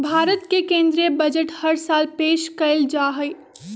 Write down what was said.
भारत के केन्द्रीय बजट हर साल पेश कइल जाहई